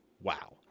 wow